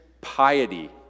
piety